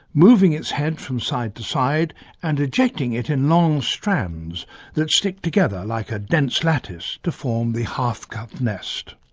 moving its head from side to side and ejecting it in long strands that stick together like a dense lattice to form the half-cup nest.